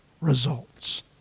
results